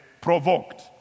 provoked